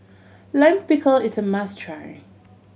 Lime Pickle is a must try